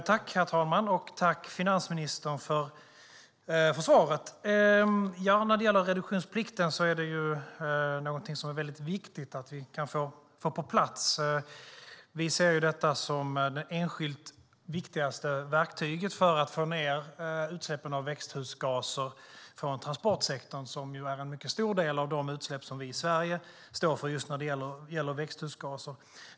Herr talman! Tack, finansministern, för svaret! Det är viktigt att vi kan få reduktionsplikten på plats. Vi ser detta som det enskilt viktigaste verktyget för att få ned utsläppen av växthusgaser från transportsektorn, som är en mycket stor del av de utsläpp som vi i Sverige står för när det gäller växthusgaser.